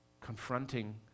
confronting